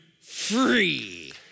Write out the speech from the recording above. free